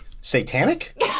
satanic